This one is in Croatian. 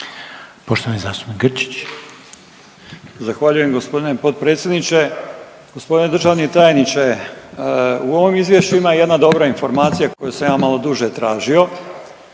Poštovani zastupnik Grčić.